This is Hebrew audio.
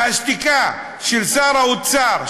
והשתיקה של שר האוצר,